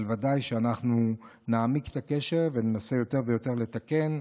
אבל בוודאי שאנחנו נעמיק את הקשר וננסה יותר ויותר לתקן,